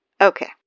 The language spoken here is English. Okay